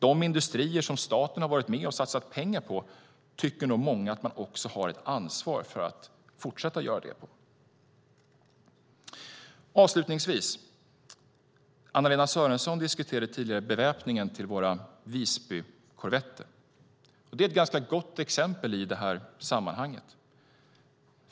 De industrier som staten har varit med och satsat pengar på tycker nog många att man också har ett ansvar för i fortsättningen. Avslutningsvis: Anna-Lena Sörenson diskuterade tidigare beväpningen till våra Visbykorvetter. Det är ett ganska gott exempel i det här sammanhanget.